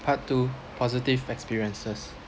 part two positive experiences